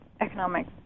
economic